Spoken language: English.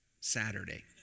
Saturday